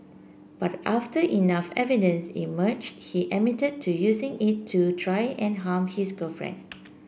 but after enough evidence emerged he admitted to using it to try and harm his girlfriend